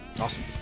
Awesome